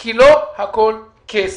כי לא הכול כסף.